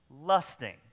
lusting